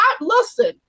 listen